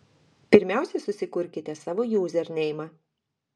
pirmiausia susikurkite savo juzerneimą